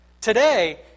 Today